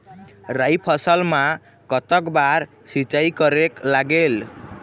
राई फसल मा कतक बार सिचाई करेक लागेल?